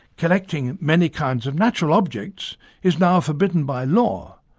collecting many kinds of natural objects is now forbidden by law.